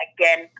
Again